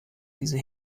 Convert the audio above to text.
diese